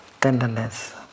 tenderness